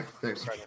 thanks